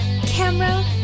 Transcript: camera